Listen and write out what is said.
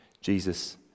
Jesus